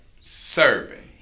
serving